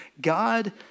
God